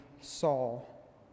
Saul